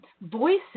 voices